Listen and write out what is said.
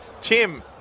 Tim